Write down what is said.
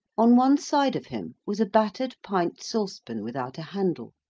on one side of him was a battered pint saucepan without a handle,